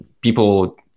people